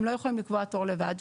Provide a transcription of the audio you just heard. הם לא יכולים לקבוע תור לבד,